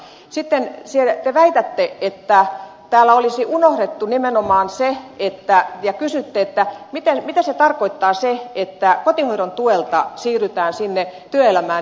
sitten te väitätte että täällä olisi unohdettu nimenomaan se ja kysytte mitä tarkoittaa se että kotihoidon tuelta siirrytään sinne työelämään